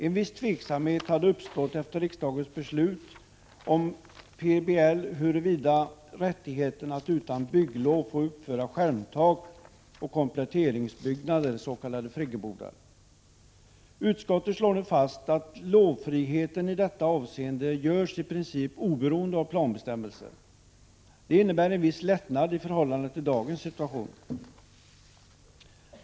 En viss tveksamhet uppstod efter riksdagens beslut om PBL när det gäller rättigheten att utan bygglov få uppföra bl.a. skärmtak och kompletteringsbyggnader, s.k. friggebodar. Utskottet slår nu fast att lovfriheten i detta avseende görs i princip oberoende av planbestämmelserna. Det innebär en viss lättnad i förhållande till dagens situation.